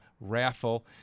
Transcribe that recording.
raffle